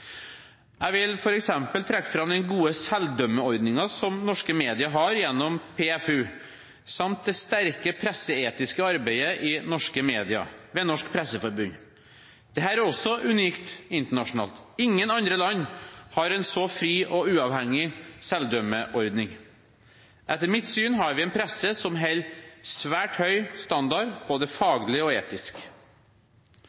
Jeg vil f.eks. trekke fram den gode selvdømmeordningen som norske medier har gjennom PFU, samt det sterke presseetiske arbeidet i norske media, ved Norsk Presseforbund. Dette er også unikt internasjonalt. Ingen andre land har en så fri og uavhengig selvdømmeordning. Etter mitt syn har vi en presse som holder en svært høy standard både